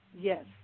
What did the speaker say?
Yes